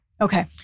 Okay